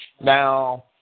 Now